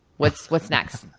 what's what's next?